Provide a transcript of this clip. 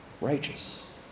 righteous